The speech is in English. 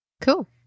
cool